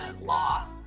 law